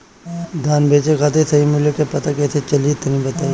धान बेचे खातिर सही मूल्य का पता कैसे चली तनी बताई?